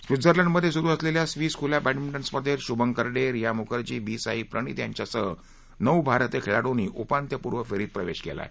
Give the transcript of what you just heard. Switzerland मध्ये सुरू असलेल्या स्विस खुल्या बॅडमिंटन स्पर्धेत शुभंकर डे रिया मुखर्जी बी साई प्रणित यांच्यासह नऊ भारतीय खेळाडूनी उपांत्यपूर्व फेरीत प्रवेश केला आहे